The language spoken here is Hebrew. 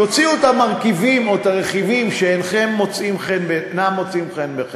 תוציאו את המרכיבים או את הרכיבים שאינם מוצאים חן בעיניכם,